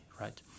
right